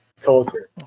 culture